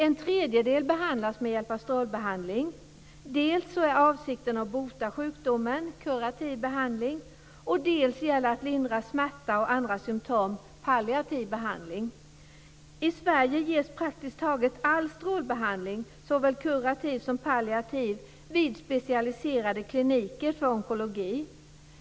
En tredjedel behandlas med hjälp av strålbehandling. Dels är avsikten att bota sjukdomen, kurativ behandling, dels gäller det att lindra smärta och andra symtom, palliativ behandling. I Sverige ges praktiskt taget all strålbehandling, såväl kurativ som palliativ, vid specialiserade kliniker för onkologi.